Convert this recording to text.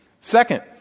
Second